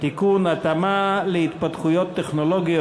טרומית ותועבר להמשך החקיקה לוועדת העבודה,